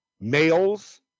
Males